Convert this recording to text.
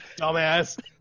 dumbass